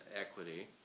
equity